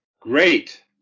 Great